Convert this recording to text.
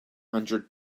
hundred